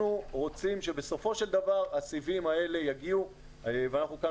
רוצים שבסופו של דבר הסיבים האלה יגיעו ואנחנו כאן